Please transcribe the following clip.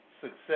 success